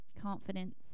confidence